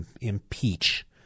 impeach